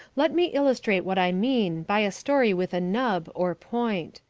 let me illustrate what i mean by a story with a nub or point.